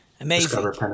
Amazing